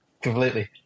completely